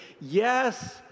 yes